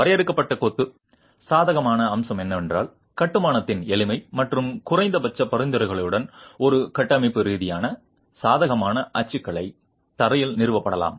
வரையறுக்கப்பட்ட கொத்து சாதகமான அம்சம் என்னவென்றால் கட்டுமானத்தின் எளிமை மற்றும் குறைந்தபட்ச பரிந்துரைகளுடன் ஒரு கட்டமைப்பு ரீதியாக சாதகமான அச்சுக்கலை தரையில் நிறுவப்படலாம்